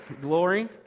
glory